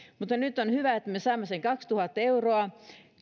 mutta on hyvä että nyt me saimme sen kaksituhatta euroa